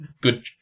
good